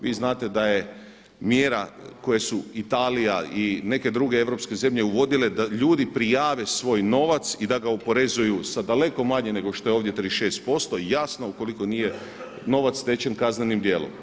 Vi znate da je mjera koje su Italija i neke druge europske zemlje uvodile da ljudi prijave svoj novac i da ga oporezuju sa daleko manje nego što je ovdje 36% jasno ukoliko nije novac stečen kaznenim djelom.